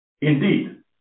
Indeed